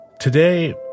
Today